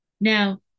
Now